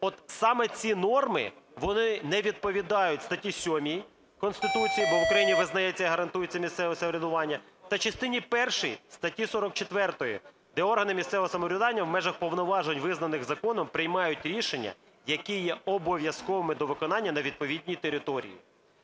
от саме ці норми, вони не відповідають статті 7 Конституції, бо в Україні визнається і гарантується місцеве самоврядування, та частині першій статті 44, де органи місцевого самоврядування в межах повноважень, визнаних законом, приймають рішення, які є обов'язковими до виконання на відповідній території.